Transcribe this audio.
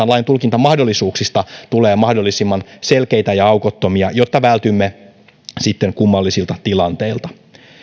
lain tulkintamahdollisuuksista tulee mahdollisimman selkeitä ja aukottomia jotta vältymme sitten kummallisilta tilanteilta